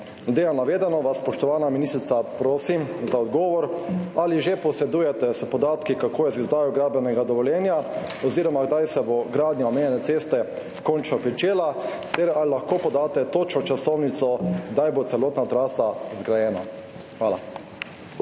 na navedeno vas, spoštovana ministrica, prosim za odgovor: Ali že razpolagate s podatki, kako je z izdajo gradbenega dovoljenja oziroma kdaj se bo gradnja omejene ceste končno začela? Ali lahko podate točno časovnico, kdaj bo zgrajena celotna trasa? Hvala.